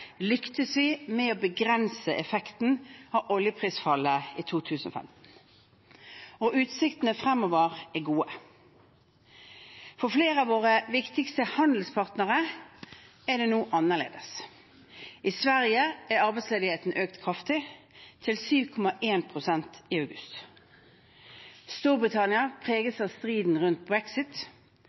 lyktes vi med å begrense effekten av oljeprisfallet i 2015, og utsiktene fremover er gode. For flere av våre viktigste handelspartnere er det nå annerledes. I Sverige har arbeidsledigheten økt kraftig – til 7,1 pst. i august. Storbritannia preges av striden rundt brexit.